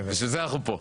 בשביל זה אנחנו פה.